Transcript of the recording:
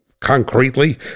concretely